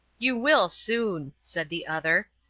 you will soon, said the other,